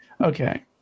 Okay